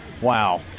Wow